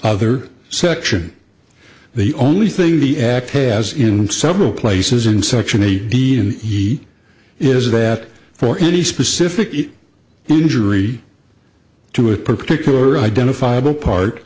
other section the only thing the act has in several places in section a b and he is that for any specific injury to a particular identifiable par